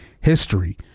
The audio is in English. history